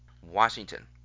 Washington